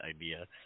idea